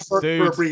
Dude